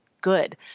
good